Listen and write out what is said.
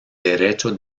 derecho